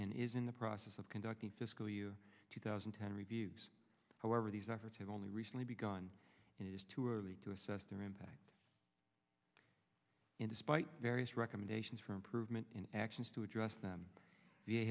in is in the process of conducting fiscal u two thousand and ten reviews however these efforts have only recently begun and it is too early to assess their impact in despite various recommendations for improvement in actions to address them v